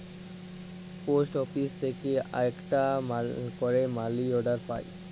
post office থেক্যে আকটা ক্যারে মালি অর্ডার পায়